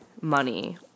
money